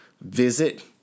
visit